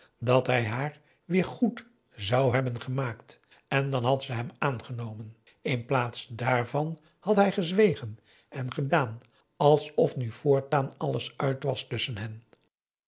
dat hij haar weer goed zou hebben gemaakt en dan had ze hem aangenomen in plaats daarvan had hij gezwegen en gedaan alsof nu voortaan alles uit was tusschen hen